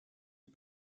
who